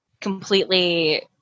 completely